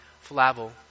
Flavel